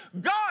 God